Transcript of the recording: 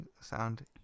sound